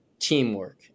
teamwork